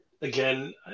again